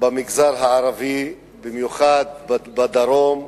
במגזר הערבי, במיוחד בדרום ובדהמש,